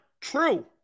True